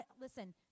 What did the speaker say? Listen